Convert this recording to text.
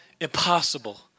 Impossible